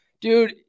dude